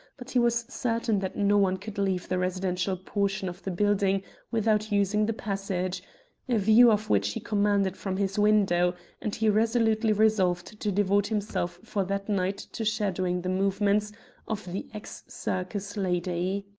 but he was certain that no one could leave the residential portion of the building without using the passage a view of which he commanded from his window and he resolutely resolved to devote himself for that night to shadowing the movements of the ex-circus lady.